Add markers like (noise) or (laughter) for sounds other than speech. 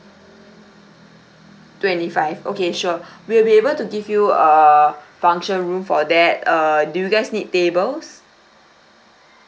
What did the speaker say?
twenty five okay sure (breath) we'll be able to give you a function room for that err do you guys need tables